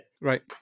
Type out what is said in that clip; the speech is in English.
right